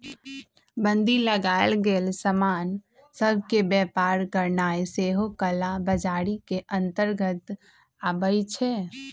बन्दी लगाएल गेल समान सभ के व्यापार करनाइ सेहो कला बजारी के अंतर्गत आबइ छै